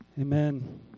Amen